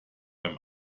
beim